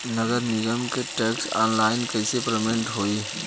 नगर निगम के टैक्स ऑनलाइन कईसे पेमेंट होई?